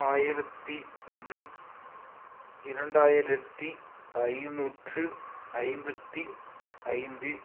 ஆயிரத்தி ஒன்று இரண்டாயிரத்தி ஐநூற்று ஐம்பத்தி ஐந்து